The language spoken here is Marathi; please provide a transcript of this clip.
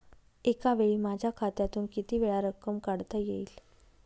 एकावेळी माझ्या खात्यातून कितीवेळा रक्कम काढता येईल?